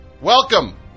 Welcome